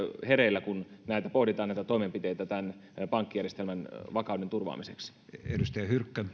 hereillä kun pohditaan näitä toimenpiteitä pankkijärjestelmän vakauden turvaamiseksi